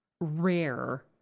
rare